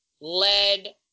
lead